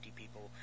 people